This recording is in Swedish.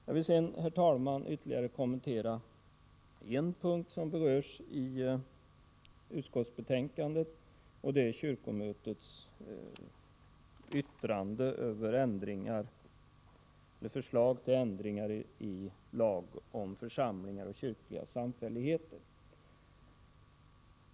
Jag vill sedan, herr talman, ytterligare kommentera en punkt som berörs i utskottsbetänkandet, nämligen kyrkomötets yttrande över förslaget till ändringar i lagen om församlingar och kyrkliga samfälligheter.